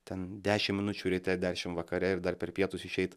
ten dešim minučių ryte dešim vakare ir dar per pietus išeit